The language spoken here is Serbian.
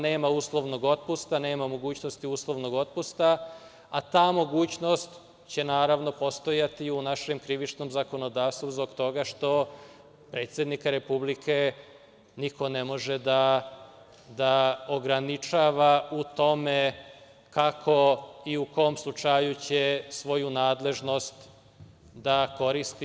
Nema uslovnog otpusta, nema mogućnosti uslovnog otpusta, a ta mogućnost će naravno postojati i u našem Krivičnom zakonodavstvu zbog toga što predsednika Republike niko ne može da ograničava u tome kako i u kom slučaju će svoju nadležnost da koristi.